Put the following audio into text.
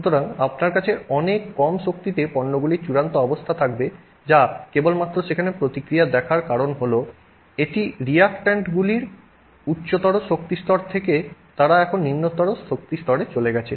সুতরাং আপনার কাছে অনেক কম শক্তিতে পণ্যগুলির চূড়ান্ত অবস্থা থাকবে যা কেবলমাত্র সেখানে প্রতিক্রিয়া দেখা দেওয়ার কারণ হল এটি রিয়্যাকট্যান্টগুলির উচ্চতর শক্তি স্তর থেকে তারা এখন নিম্ন শক্তি স্তরে চলে গেছে